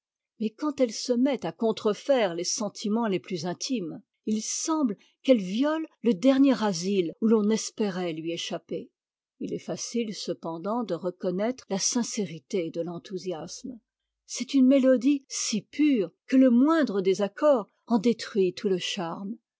mais quand elle se met à contrefaire les sentiments les plus intimes il semble qu'elle viole le dernier asile où l'on espérait lui échapper il est faeite cependant de reconnaître la sincérité de t'enthousiasme c'est une mélodie si pure que le moindre désaccord en détruit tout le charme